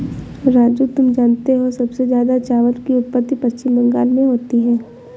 राजू तुम जानते हो सबसे ज्यादा चावल की उत्पत्ति पश्चिम बंगाल में होती है